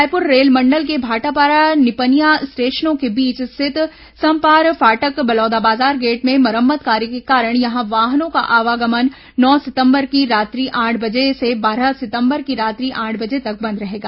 रायपुर रेलमंडल के भाटापारा निपनिया स्टेशनों के बीच स्थित समपार फाटक बलौदाबाजार गेट में मरम्मत कार्य के कारण यहां वाहनों का आवागमन नौ सितंबर की रात्रि आठ बजे से बारह सितंबर की रात्रि आठ बजे तक बंद रहेगा